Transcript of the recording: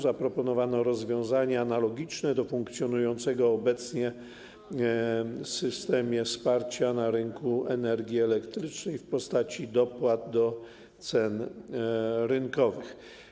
Zaproponowano rozwiązania analogiczne do rozwiązania funkcjonującego obecnie w systemie wsparcia na rynku energii elektrycznej w postaci dopłat do cen rynkowych.